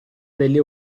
delle